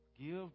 Give